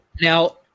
Now